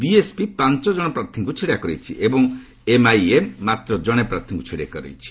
BSP ପାଞ୍ଚ ଜଣ ପ୍ରାର୍ଥୀଙ୍କୁ ଛିଡ଼ା କରାଇଛି ଏବଂ ଏମ୍ଆଇଏମ୍ ମାତ୍ର ଜଣେ ପ୍ରାର୍ଥୀଙ୍କୁ ଛିଡ଼ା କରାଇଛି